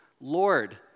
Lord